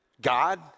God